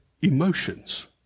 Emotions